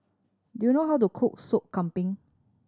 do you know how to cook Soup Kambing